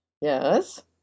Yes